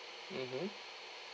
mmhmm